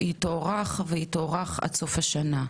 היא תוארך והיא תוארך עד סוף השנה.